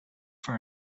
for